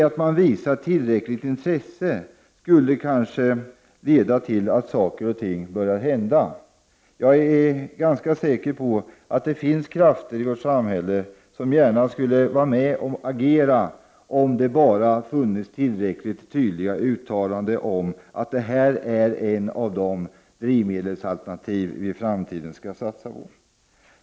Om man visar tillräckligt intresse skulle det kanske leda till att saker och ting börjar hända. Jag är ganska säker på att det finns krafter i vårt samhälle som gärna skulle vara med och agera om det bara funnes tillräckligt tydliga uttalanden om att det här är ett av de alternativa drivmedel som vi i framtiden skall satsa på.